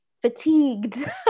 fatigued